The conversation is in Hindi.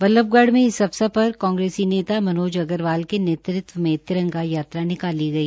बल्लभगढ़ में इस अवसर प्रर कांग्रेसी नेता मनोज अग्रवाल के नेतृत्व में तिरंगा यात्रा निकाली गई